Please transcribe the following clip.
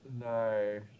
No